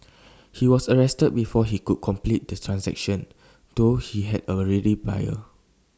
he was arrested before he could complete the transaction though he had A ready buyer